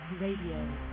Radio